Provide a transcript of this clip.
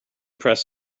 press